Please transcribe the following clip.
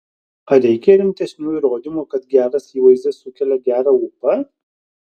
ar reikia rimtesnių įrodymų kad geras įvaizdis sukelia gerą ūpą